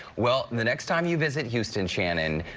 well, the next time you visit houston, shannon.